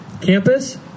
campus